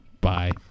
bye